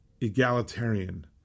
egalitarian